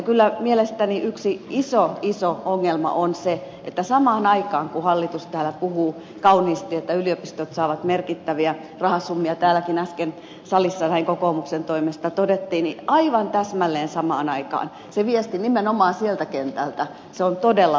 kyllä mielestäni yksi iso iso ongelma on se että kun hallitus täällä puhuu kauniisti että yliopistot saavat merkittäviä rahasummia täälläkin äsken salissa näin kokoomuksen toimesta todettiin niin aivan täsmälleen samaan aikaan se viesti nimenomaan sieltä kentältä on todella huolestuttava